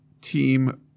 team